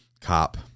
cop